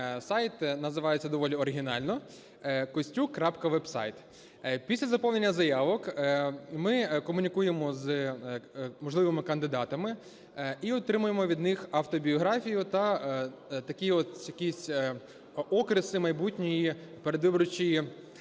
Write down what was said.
Сайт називається доволі оригінально: Костюк.Веб-сайт. Після заповнення заявок ми комунікуємо з можливими кандидатами і отримуємо від них автобіографію та такі от якісь окреси майбутньої передвиборчої